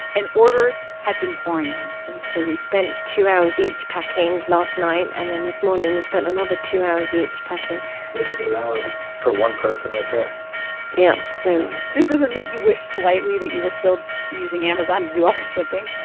and orders had been pouring in and so we spent two hours each packing last night. and then this morning, we spent another two hours each packing eight hours for one person right there yep. so. this doesn't make you wish slightly that you were still using amazon to do all the shipping?